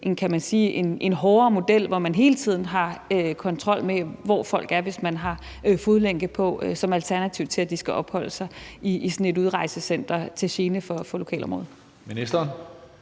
en hårdere model, hvor man hele tiden har kontrol med, hvor folk er, hvis de har fodlænke på som alternativ til, at de skal opholde sig i sådan et udrejsecenter til gene for lokalområdet. Kl.